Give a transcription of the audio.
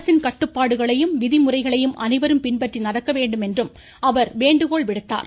அரசின் கட்டுப்பாடுகளையும் விதிமுறைகளையும் அனைவரும் பின்பற்றி நடக்க வேண்டும் என்றும் அவர் வேண்டுகோள் விடுத்தார்